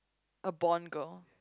A born girl